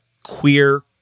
queer